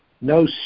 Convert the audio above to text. no